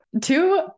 Two